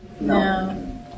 No